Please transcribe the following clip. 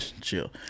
Chill